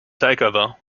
takeover